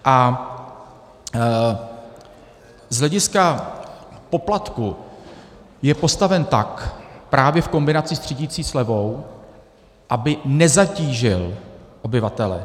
A z hlediska poplatku je postaven tak, právě v kombinaci s třídicí slevou, aby nezatížil obyvatele.